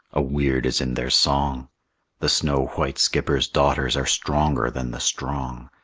a weird is in their song the snow-white skipper's daughters are stronger than the strong.